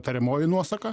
tariamoji nuosaka